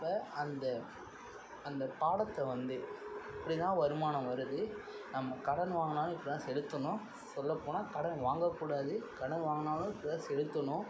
அப்போ அந்த அந்த பாடத்தை வந்து இப்படிதான் வருமானம் வருது நம்ம கடன் வாங்னாலும் இப்படி தான் செலுத்தணும் சொல்லப்போனா கடன் வாங்கக்கூடாது கடன் வாங்குனாலும் இப்படிதான் செலுத்தணும்